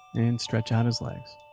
and stretch out his legs.